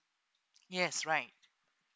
yes right